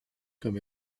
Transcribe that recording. comme